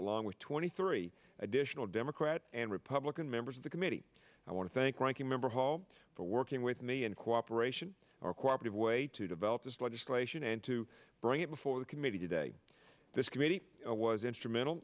along with twenty three additional democrat and republican members of the committee i want to thank ranking member hall for working with me in cooperation or cooperative way to develop this legislation and to bring it before the committee today this committee was instrumental